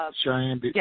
Cheyenne